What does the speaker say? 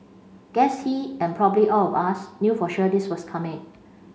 guess he and probably all of us knew for sure this was coming